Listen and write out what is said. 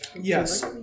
Yes